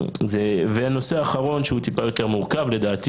נושא אחרון שהוא טיפה יותר מורכב לדעתי